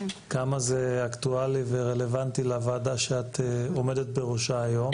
כמה זה אקטואלי ורלוונטי לוועדה שאת עומדת בראשה היום.